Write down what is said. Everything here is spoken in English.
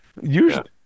Usually